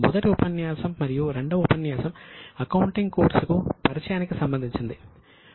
మొదటి ఉపన్యాసం మరియు 2 వ ఉపన్యాసం అకౌంటింగ్ కోర్సుకు పరిచయానికి సంబంధించినవి